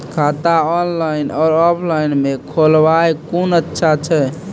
खाता ऑनलाइन और ऑफलाइन म खोलवाय कुन अच्छा छै?